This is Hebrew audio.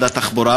במשרד,